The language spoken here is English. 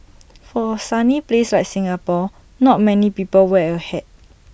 for A sunny place like Singapore not many people wear A hat